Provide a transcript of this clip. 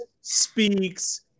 speaks